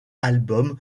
albums